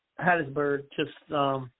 Hattiesburg—just